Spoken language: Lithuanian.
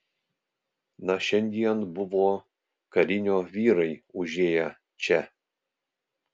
na šiandien buvo karinio vyrai užėję čia